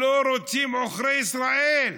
לא רוצים עוכרי ישראל.